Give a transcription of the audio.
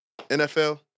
NFL